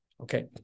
Okay